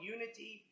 Unity